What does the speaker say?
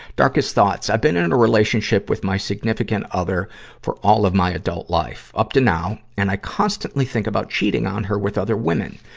darkest thoughts. i've been in and a relationship with my significant other for all of my adult life. up to now, and i constantly think about cheating on her with other women.